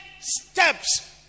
steps